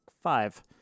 five